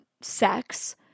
sex